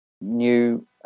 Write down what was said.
new